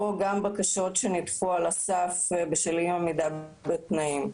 גם בקשות שנדחו על הסף בשל אי עמידה בתנאים?